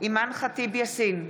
אימאן ח'טיב יאסין,